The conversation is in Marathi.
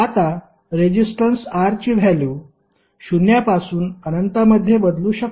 आता रेझिस्टन्स R ची व्हॅल्यु शून्यापासून अनंतमध्ये बदलू शकते